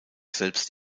selbst